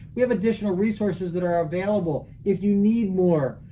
we have additional resources that are available. if you need more,